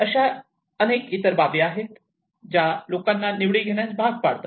अशा इतर अनेक बाबी आहेत ज्या लोकांना या निवडी घेण्यास भाग पाडतात